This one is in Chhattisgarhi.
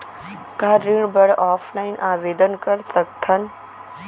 का ऋण बर ऑफलाइन आवेदन कर सकथन?